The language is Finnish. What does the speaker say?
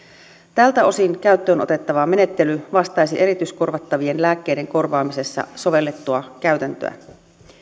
tältä osin käyttöön otettava menettely vastaisi erityiskorvattavien lääkkeiden korvaamisessa sovellettua käytäntöä